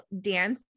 dance